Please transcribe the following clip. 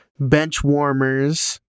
Benchwarmers